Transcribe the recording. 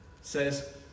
Says